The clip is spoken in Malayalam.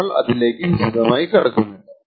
നമ്മൾ അതിലേക്ക് വിശദമായി കടക്കുന്നില്ല